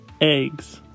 eggs